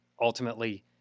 ultimately